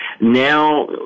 now